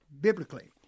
biblically